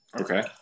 Okay